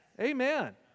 Amen